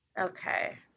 Okay